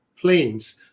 planes